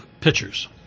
pitchers